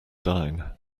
dine